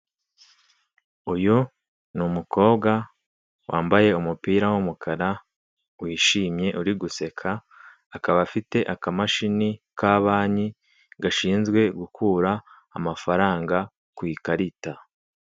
Uyu ni umukobwa wambaye umupira w'umukara wishimye uri guseka, akaba afite akamashini ka banki gashinzwe gukura amafaranga ku ikarita.